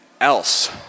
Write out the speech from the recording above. else